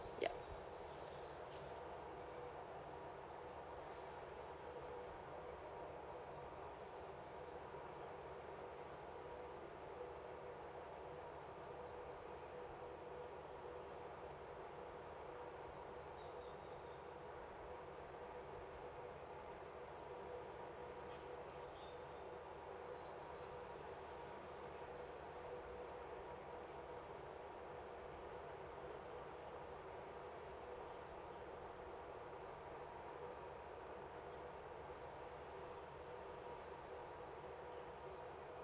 yup